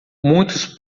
muito